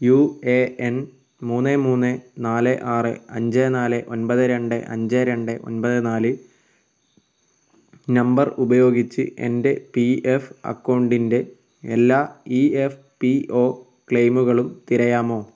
U A N മൂന്ന് മൂന്ന് നാല് ആറ് അഞ്ച് നാല് ഒൻപത് രണ്ട് അഞ്ച് രണ്ട് ഒൻപത് നാല് നമ്പർ ഉപയോഗിച്ച് എൻ്റെ പി എഫ് അക്കൗണ്ടിൻ്റെ എല്ലാ ഇ എഫ് പി ഒ ക്ലയിമുകളും തിരയാമോ